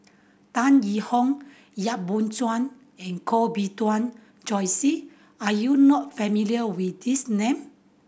Tan Yee Hong Yap Boon Chuan and Koh Bee Tuan Joyce are you not familiar with these name